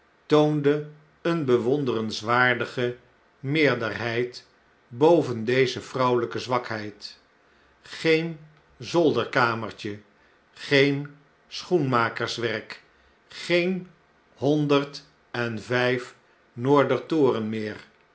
toonde eene bewonderenswaardige meerderheid boven deze vrouweiyke zwakheid geen zolderkamertje geen schoenmakerswerk geen honderd en vyf noorder toren meer